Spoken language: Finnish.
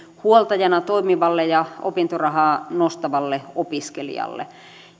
huoltajana toimivalle ja opintorahaa nostavalle opiskelijalle